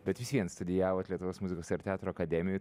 bet vis vien studijavot lietuvos muzikos ir teatro akademijoj